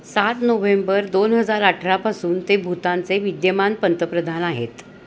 सात नोव्हेंबर दोन हजार अठरापासून ते भूतानचे विद्यमान पंतप्रधान आहेत